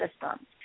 system